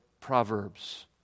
Proverbs